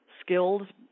skilled